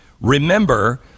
Remember